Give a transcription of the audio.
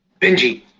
benji